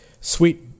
Sweet